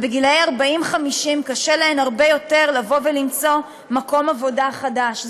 ובגילאי 40 50 קשה להן הרבה יותר למצוא מקום עבודה חדש.